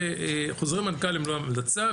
שחוזרי מנכ"ל הם לא המלצה,